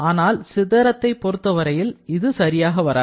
ஆனால் சிதறத்தை பொறுத்தவரையில் இது சரியாக வராது